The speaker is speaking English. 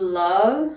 love